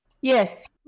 Yes